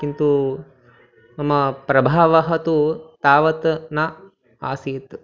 किन्तु मम प्रभावः तु तावत् न आसीत्